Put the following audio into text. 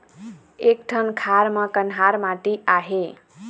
एक ठन खार म कन्हार माटी आहे?